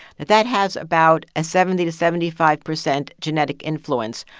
that that has about a seventy to seventy five percent genetic influence.